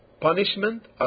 punishment